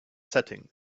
setting